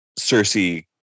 Cersei